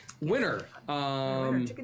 Winner